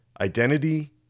Identity